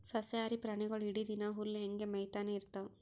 ಸಸ್ಯಾಹಾರಿ ಪ್ರಾಣಿಗೊಳ್ ಇಡೀ ದಿನಾ ಹುಲ್ಲ್ ಹಂಗೆ ಮೇಯ್ತಾನೆ ಇರ್ತವ್